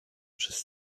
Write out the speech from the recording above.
przez